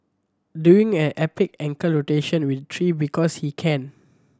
doing an epic ankle rotation with tree because he can